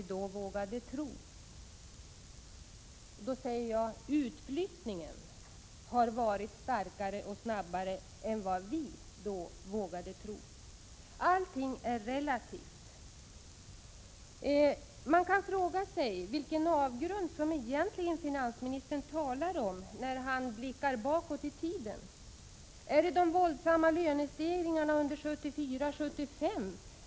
Jag säger: Utflyttningen har varit starkare och snabbare än vad vi då vågade tro. Allting är relativt. Man kan fråga sig vilken avgrund finansministern egentligen talar om när han blickar bakåt i tiden. Vad är det han syftar på? Är det de våldsamma lönestegringarna 1974-1975?